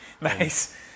Nice